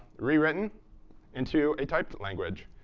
rewritten into a typed language.